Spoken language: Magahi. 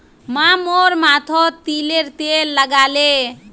माँ मोर माथोत तिलर तेल लगाले